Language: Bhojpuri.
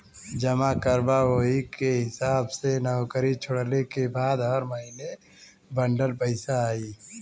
जमा करबा वही के हिसाब से नउकरी छोड़ले के बाद हर महीने बंडल पइसा आई